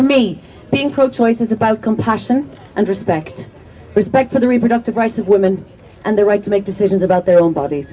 for me being pro choice is about compassion and respect respect for the reproductive rights of women and the right to make decisions about their own b